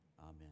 Amen